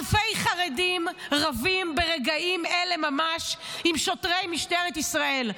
אלפי חרדים רבים ברגעים אלה ממש עם שוטרי משטרת ישראל.